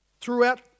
throughout